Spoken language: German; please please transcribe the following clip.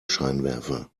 scheinwerfer